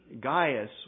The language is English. Gaius